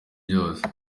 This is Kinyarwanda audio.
byose